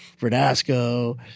Verdasco